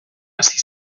hasi